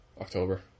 October